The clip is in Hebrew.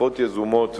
שרפות יזומות ועוד.